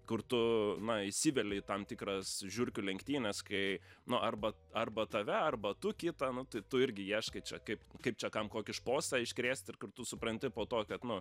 kur tu na įsiveli į tam tikras žiurkių lenktynes kai nu arba arba tave arba tu kitą nu tai tu irgi ieškai čia kaip kaip čia kam kokį šposą iškrėst ir kartu supranti po to kad nu